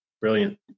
Brilliant